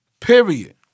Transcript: Period